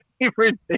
favorite